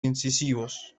incisivos